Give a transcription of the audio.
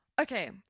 okay